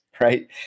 right